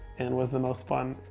and was the most fun.